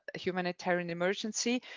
humanitarian emergency.